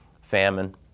famine